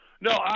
No